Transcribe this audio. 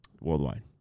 Worldwide